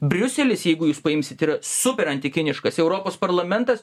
briuselis jeigu jūs paimsit yra super antikiniškas europos parlamentas